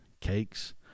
cakes